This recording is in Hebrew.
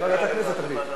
ועדת הכנסת תחליט.